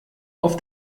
auf